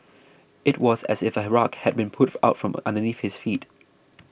it was as if a rug had been pulled out from underneath his feet